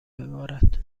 ببارد